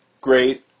Great